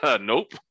nope